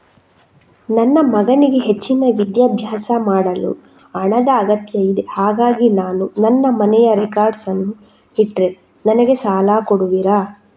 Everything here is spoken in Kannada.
ನನ್ನ ಮಗನಿಗೆ ಹೆಚ್ಚಿನ ವಿದ್ಯಾಭ್ಯಾಸ ಮಾಡಲು ಹಣದ ಅಗತ್ಯ ಇದೆ ಹಾಗಾಗಿ ನಾನು ನನ್ನ ಮನೆಯ ರೆಕಾರ್ಡ್ಸ್ ಅನ್ನು ಇಟ್ರೆ ನನಗೆ ಸಾಲ ಕೊಡುವಿರಾ?